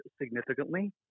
significantly